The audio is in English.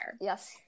Yes